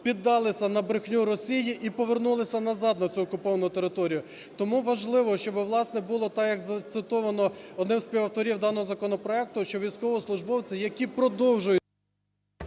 піддалися на брехню Росії і повернулися назад на цю окуповану територію. Тому важливо, щоби, власне, було так як зацитовано одним з співавторів даного законопроекту, що військовослужбовці, які продовжують…